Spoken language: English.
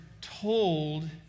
told